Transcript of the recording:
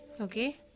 Okay